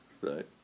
right